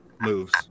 moves